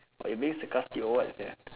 or you being sarcastic or what sia